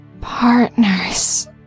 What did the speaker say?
partners